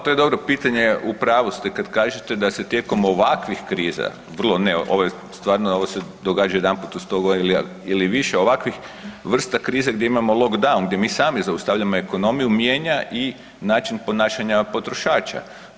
To je dobro pitanje, u pravu ste kad kažete da se tijekom ovakvih kriza vrlo, .../nerazumljivo/... ovo je stvarno, ovo se događa jedanput u 100 godina ili više ovakvih, vrsta krize gdje imamo lockdown, gdje mi sami zaustavljamo ekonomiju, mijenja i način ponašanja potrošača.